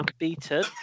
unbeaten